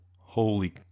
Holy